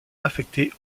affectés